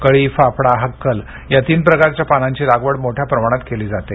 कळी फाफडा हक्कल या तीन प्रकारच्या पानांची लागवड मोठ्या प्रमाणात केली जाते